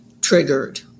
triggered